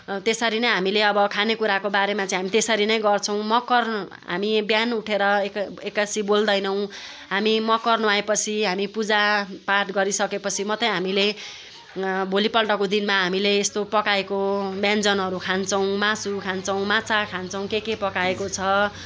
त्यसरी नै हामीले अब खाने कुराको बारेमा चाहिँ हामी त्यसरी नै गर्छौँ मकर हामी बिहान उठेर एका एक्कासी बोल्दैनौँ हामी मकर नुहाए पछि हामी पूजा पाठ गरिसके पछि मात्रै हामीले भोलिपल्टको दिनमा हामीले यस्तो पकाएको व्यञ्जनहरू खान्छौँ मासु खान्छौँ माछा खान्छौँ के के पकाएको छ